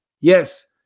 Yes